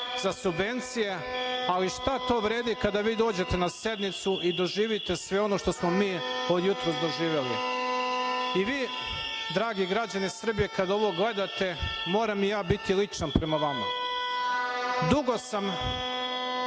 za subvencije, ali šta to vredi kada vi dođete na sednicu i doživite sve ono što smo mi od jutros doživeli. Vi dragi građani Srbije kada ovo gledate moram i ja biti ličan prema vama. Dugo sam